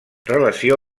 relació